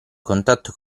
contatto